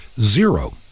zero